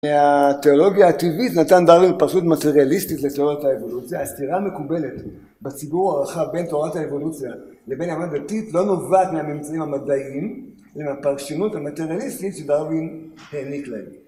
התיאולוגיה הטבעית נתן דרווין פרשנות מטריאליסטית לתורת האבולוציה, הסתירה המקובלת בציבור הרחב בין תורת האבולוציה לבין אמונה דתית, לא נובעת מהממצאים המדעיים אלא מהפרשנות המטריאליסטית שדרווין העניק להם